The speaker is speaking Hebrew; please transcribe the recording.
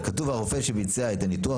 כתוב הרופא שביצע את הניתוח נמצא.